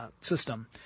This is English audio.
system